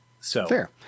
Fair